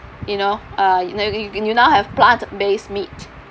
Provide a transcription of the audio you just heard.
you know uh you know you you you now have plant based meat